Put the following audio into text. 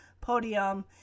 podium